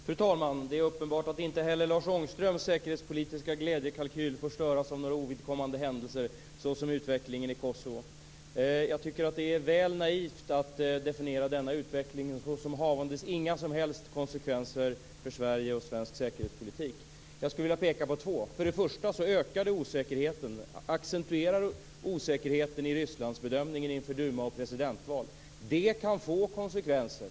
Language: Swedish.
Fru talman! Det är uppenbart att inte heller Lars Ångströms säkerhetspolitiska glädjekalkyl får förstöras av några ovidkommande händelser som utvecklingen i Kosovo. Jag tycker att det är väl naivt att definiera denna utveckling som havandes inga som helst konsekvenser för Sverige och svensk säkerhetspolitik. Jag skulle vilja peka på två. För det första ökar det osäkerheten, accentuerar osäkerheten i Rysslands bedömning inför duma och presidentval. Det kan få konsekvenser.